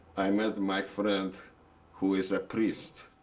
i met my friend who is a priest.